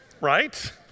right